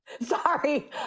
sorry